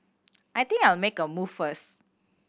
I think I'll make a move first